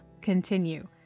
continue